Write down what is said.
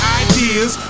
ideas